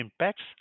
impacts